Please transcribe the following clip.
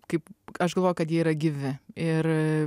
kaip aš galvoju kad jie yra gyvi ir